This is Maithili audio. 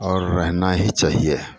आओर रहनाही चाहिये